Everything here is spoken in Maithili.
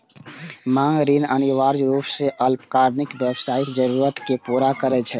मांग ऋण अनिवार्य रूप सं अल्पकालिक व्यावसायिक जरूरत कें पूरा करै छै